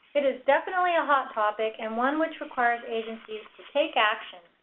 it is definitely a hot topic and one which requires agencies to take action!